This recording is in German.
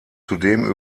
zudem